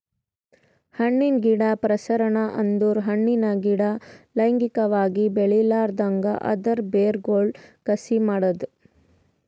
ಹಣ್ಣಿನ ಗಿಡ ಪ್ರಸರಣ ಅಂದುರ್ ಹಣ್ಣಿನ ಗಿಡ ಲೈಂಗಿಕವಾಗಿ ಬೆಳಿಲಾರ್ದಂಗ್ ಅದರ್ ಬೇರಗೊಳ್ ಕಸಿ ಮಾಡದ್